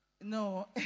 No